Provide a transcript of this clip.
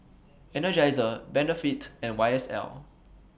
Energizer Benefit and Y S L